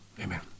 Amen